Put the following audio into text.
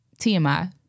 TMI